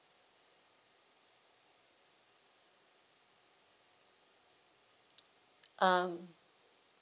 um